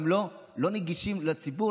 הם לא נגישים לציבור,